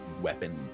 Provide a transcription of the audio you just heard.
weapon